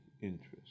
interest